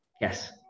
Yes